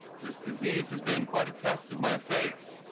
this disease has been quite a test of my faith.